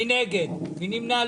מי נגד, מי נמנע?